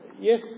Yes